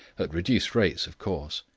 at reduced rates of course,